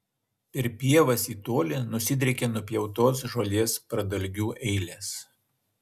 per pievas į tolį nusidriekė nupjautos žolės pradalgių eilės